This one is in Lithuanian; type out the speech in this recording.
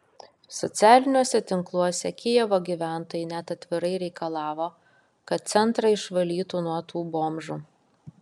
socialiniuose tinkluose kijevo gyventojai net atvirai reikalavo kad centrą išvalytų nuo tų bomžų